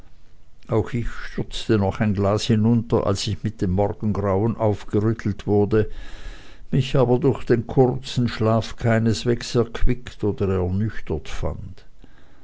auch ich stürzte noch ein glas hinunter als ich mit dem morgengrauen aufgerüttelt wurde mich aber durch den kurzen schlaf keineswegs erquickt oder ernüchtert fand